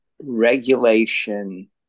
regulation